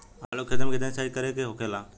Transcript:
आलू के खेती में केतना सिंचाई करे के होखेला?